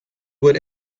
would